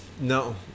no